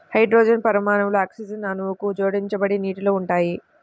hydrogen పరమాణువులు oxygen అణువుకు జోడించబడి నీటిలో ఉంటాయి